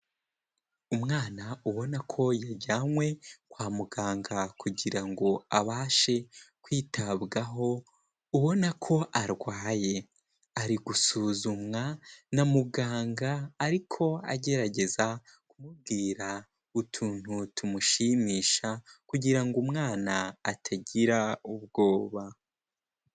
Umwana ubona ko yajyanywe kwa muganga kugira ngo abashe kwitabwaho ubona ko arwaye, ari gusuzumwa na muganga ariko agerageza kumubwira utuntu tumushimisha kugira ngo umwana atagira ubwoba.